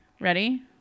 Ready